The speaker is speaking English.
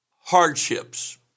hardships